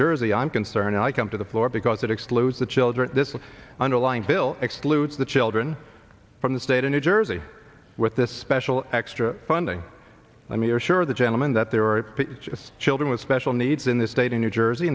jersey i'm concerned i come to the floor because that excludes the children underlying bill excludes the children from the state of new jersey with this special extra funding i mean sure the gentleman that there are just children with special needs in the state of new jersey